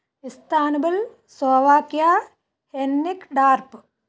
Istanbul Slovakia ఎన్నిక్డార్ప్